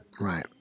Right